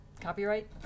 copyright